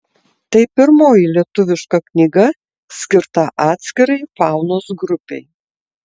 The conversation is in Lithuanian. tai pirmoji lietuviška knyga skirta atskirai faunos grupei